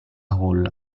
hall